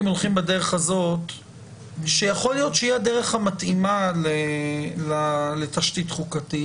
אם הולכים בדרך הזאת - שיכול להיות היא הדרך המתאימה לתשתית חוקתית